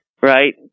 Right